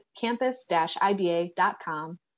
campus-iba.com